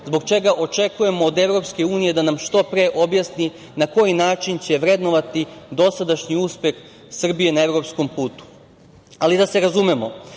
zbog čega očekujemo od EU da nam što pre objasni na koji način će vrednovati dosadašnji uspeh Srbije na evropskom putu, ali, da se razumemo,